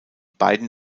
beiden